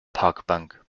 parkbank